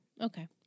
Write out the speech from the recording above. Okay